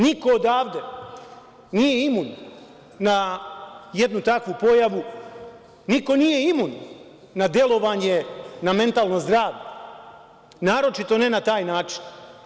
Niko odavde nije imun na jednu takvu pojavu, niko nije imun na delovanje na mentalno zdravlje, a naročito ne na taj način.